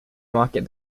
market